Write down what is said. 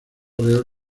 real